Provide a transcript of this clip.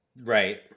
right